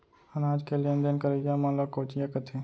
अनाज के लेन देन करइया मन ल कोंचिया कथें